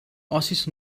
ossis